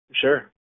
Sure